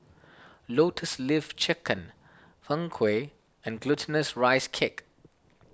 Lotus Leaf Chicken Png Kueh and Glutinous Rice Cake